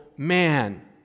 Man